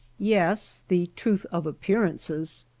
yes the truth of appearances,